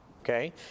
okay